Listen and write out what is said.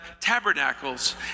Tabernacles